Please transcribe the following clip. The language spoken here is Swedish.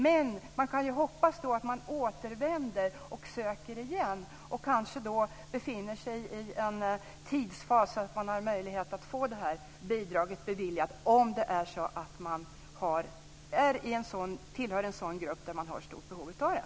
Men vi kan ju hoppas att man återvänder och söker igen. Kanske befinner man sig då i en tidsfas som gör att man har möjlighet att få bidraget beviljat, om man tillhör en sådan grupp som har ett stort behov av det.